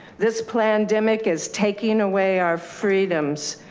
this plandemic is taking away our freedoms.